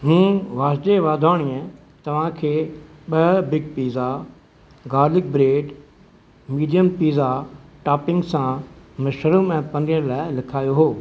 हू वासदेव वाधवाणी आहे तव्हांखे ॿ big pizza garlic bread medium pizza topping सां मशरूम ऐं पनीर लाइ लिखायो हुओ